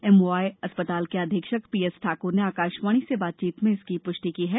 M Y अस्पताल के अधीक्षक पी एस ठाकुर ने आकाशवाणी से बातचीत में इसकी पुष्टि की है